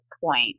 point